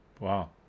Wow